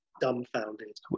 dumbfounded